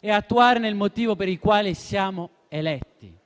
e il motivo per il quale siamo eletti.